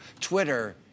Twitter